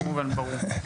כמובן, ברור.